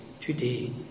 today